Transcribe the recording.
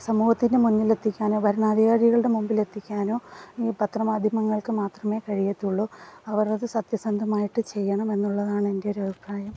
സമൂഹത്തിൻ്റെ മുന്നിലെത്തിക്കുകയെന്നു പറഞ്ഞാൽ അധികാരികളുടെ മുൻപിൽ എത്തിക്കാനോ ഈ പത്രമാധ്യമങ്ങൾക്ക് മാത്രമേ കഴിയാത്തുള്ളു അവരത് സത്യസന്ധമായിട്ട് ചെയ്യണമെന്നുള്ളതാണ് എൻ്റെ ഒരഭിപ്രായം